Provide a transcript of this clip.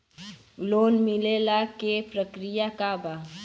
Loan मिलेला के प्रक्रिया का बा?